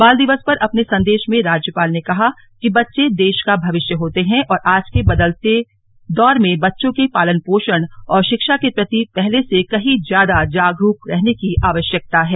बाल दिवस पर अपने संदेश में राज्यपाल ने कहा कि बच्चे देश का भविष्य होते हैं और आज के बदलते दौर में बच्चों के पालन पोषण और शिक्षा के प्रति पहले से कहीं ज्यादा जागरूक रहने की आवश्यकता है